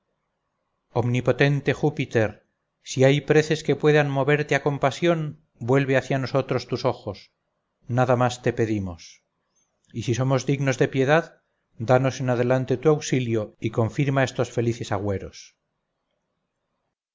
omnipotente júpiter si hay preces que puedan moverte a compasión vuelve hacia nosotros tus ojos nada más te pedimos y si somos dignos de piedad danos en adelante tu auxilio y confirma estos felices agüeros